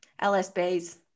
LSBs